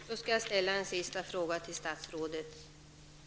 Herr talman! Jag vill ställa en sista fråga till statsrådet.